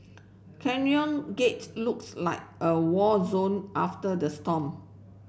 Canyon Gates looks like a war zone after the storm